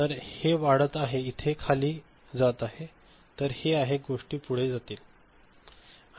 तर हे वाढत आहे इथेखाली जात आहे तर हे आहे गोष्टी पुढे जातील बरोबर